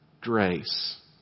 grace